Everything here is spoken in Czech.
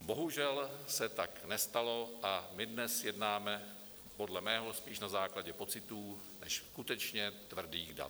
Bohužel se tak nestalo a my dnes jednáme podle mého spíš na základě pocitů než skutečně tvrdých dat.